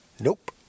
Nope